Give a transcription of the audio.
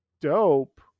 dope